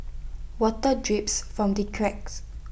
water drips from the cracks